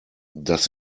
das